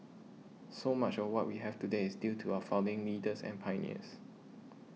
so much of what we have today is due to our founding leaders and pioneers